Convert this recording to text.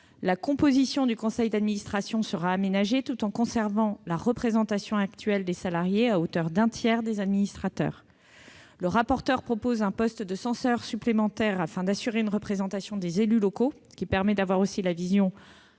La composition du conseil d'administration sera aménagée, la représentation actuelle des salariés, à hauteur d'un tiers des administrateurs, étant conservée. Le rapporteur propose un poste de censeur supplémentaire afin d'assurer une représentation des élus locaux, et donc de la vision